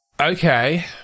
Okay